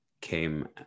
came